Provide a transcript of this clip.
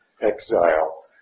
exile